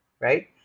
right